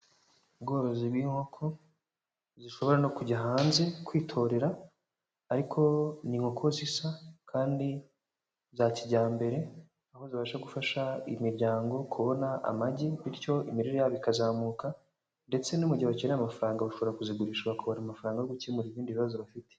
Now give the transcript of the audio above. Ubworozi bw'inkoko zishobora no kujya hanze kwitorera, ariko ni inkoko zisa kandi za kijyambere aho zibasha gufasha imiryango kubona amagi, bityo imirire yabo ikazamuka. Ndetse no mu gihe bakeneye amafaranga bashobora kuzigurisha baka amafaranga yo gukemura ibindi bibazo bafite.